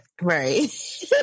right